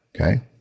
okay